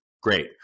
Great